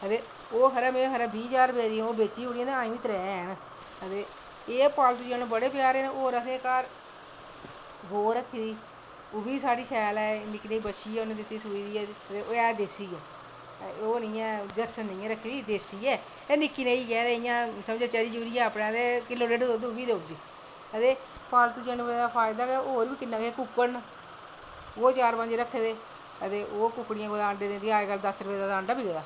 ते में खबरै बीहें ज्हारें दियां बेची बी ओड़ियां ते अजैं त्रै हैन ते एह् पालतू जानवर बड़े प्यारे न ते होर असैं घर गौ रक्खी दी ऐ ओह् बी निक्की हारी बच्छी ऐ उनै दित्ती दी सूई दी ऐ देसी ऐ ओह् जरसी नी ऐ रक्खी दी देस्सी ऐ निक्की हारी ऐ ते चरी चुरियै समझी किलो डेढ दुध्द ओह् बी देई ओड़दी ते पालतू जानवरें दा फायदा गै होर किन्ना किश कुक्कड़ न चार पंज रक्खे दे ते कुक्कड़ियां अण्डे दिंदियां दस रपे दा ते अज्ज कल अण्डा बिकदा